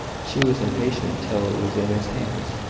she was impatient till it was in his hands.